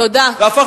תודה.